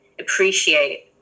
appreciate